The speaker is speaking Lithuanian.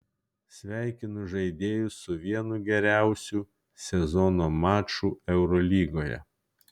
sveikinu žaidėjus su vienu geriausių sezono mačų eurolygoje